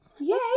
Yay